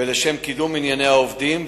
ולשם קידום ענייני העובדים,